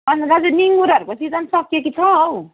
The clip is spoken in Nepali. अन्त दाजु निगुरोहरूको सिजन सकियो कि छ हौ